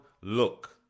look